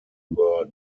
were